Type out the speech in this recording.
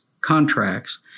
contracts